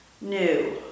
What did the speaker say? new